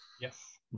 yes